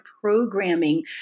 programming